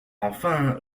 enfin